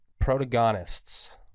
protagonists